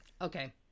okay